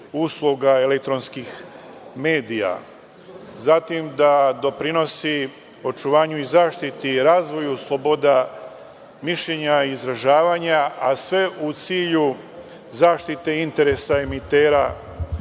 usluga elektronskih medija, zatim da doprinosim očuvanju i zaštiti razvoja sloboda, mišljenja i izražavanja, a sve u cilju zaštite interesa